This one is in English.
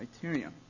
criteria